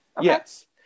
Yes